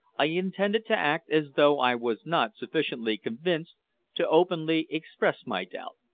i intended to act as though i was not sufficiently convinced to openly express my doubt.